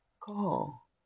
Call